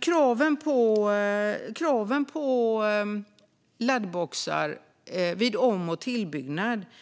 Kraven på laddboxar vid om och tillbyggnad omfattar